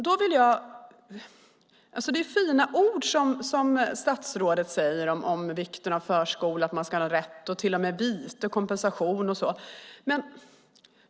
Det är fina ord här från statsrådet om vikten av förskola och om rätt, vite, till och med kompensation och så vidare.